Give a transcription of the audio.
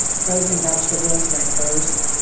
frozen vegetables went first,